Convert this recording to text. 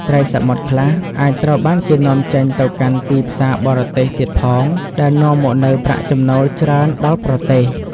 ត្រីសមុទ្រខ្លះអាចត្រូវបានគេនាំចេញទៅកាន់ទីផ្សារបរទេសទៀតផង ដែលនាំមកនូវប្រាក់ចំណូលច្រើនដល់ប្រទេស។